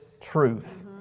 truth